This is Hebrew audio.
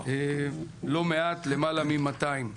לא מעט, למעלה מ-200.